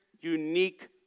unique